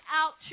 out